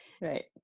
right